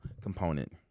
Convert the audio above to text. component